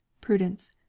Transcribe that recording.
Prudence